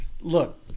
Look